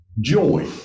Joy